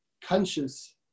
conscious